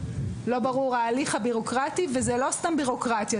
לא ברור ההליך הביורוקרטי וזה לא סתם בירוקרטיה,